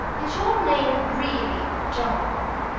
is your name really john?